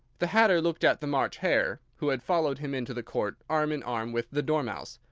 the hatter looked at the march hare, who had followed him into the court, arm-in-arm with the dormouse.